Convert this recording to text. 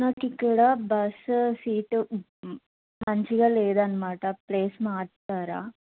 నాకిక్కడ bus seat మంచిగా లేదనమాట ప్లేస్ మార్చుతారా